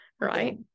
right